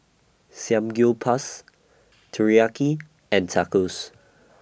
Samgyeopsal Teriyaki and Tacos